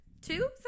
Two